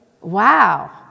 wow